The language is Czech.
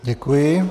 Děkuji.